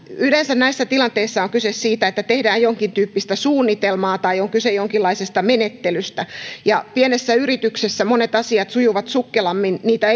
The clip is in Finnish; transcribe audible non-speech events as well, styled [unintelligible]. yleensä näissä tilanteissa on kyse siitä että tehdään jonkintyyppistä suunnitelmaa tai on kyse jonkinlaisesta menettelystä pienessä yrityksessä monet asiat sujuvat sukkelammin niitä [unintelligible]